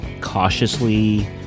cautiously